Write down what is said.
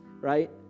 Right